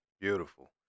Beautiful